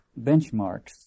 benchmarks